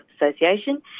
Association